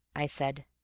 i said.